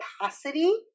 capacity